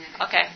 Okay